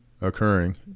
occurring